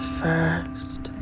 first